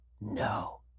no